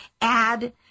add